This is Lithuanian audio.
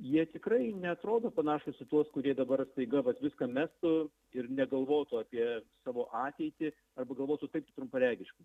jie tikrai neatrodo panašūs į tuos kurie dabar staiga vat viską mestų ir negalvotų apie savo ateitį arba galvotų trumparegiškai